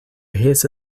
his